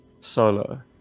solo